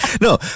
No